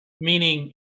meaning